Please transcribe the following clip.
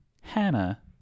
Hannah